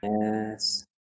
Yes